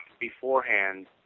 beforehand